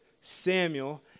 Samuel